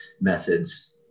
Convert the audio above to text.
methods